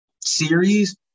series